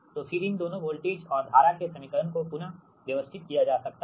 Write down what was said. तो फिर इन दो वोल्टेज और धारा के समीकरण को पुन व्यवस्थित किया जा सकता है